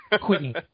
quitting